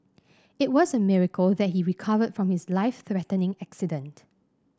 it was a miracle that he recovered from his life threatening accident